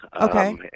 Okay